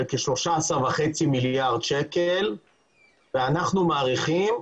כ-13.5 מיליארד שקלים ואנחנו מעריכים,